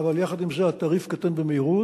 אבל יחד עם זה התעריף קטן במהירות.